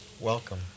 Welcome